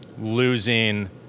losing